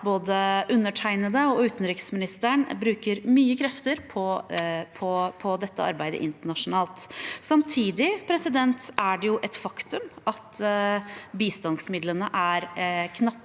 både undertegnede og utenriksministeren bruker mye krefter på dette arbeidet internasjonalt. Samtidig er det et faktum at bistandsmidlene er knappe,